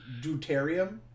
deuterium